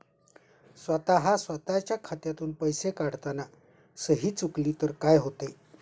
स्वतः स्वतःच्या खात्यातून पैसे काढताना सही चुकली तर काय होते?